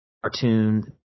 cartoon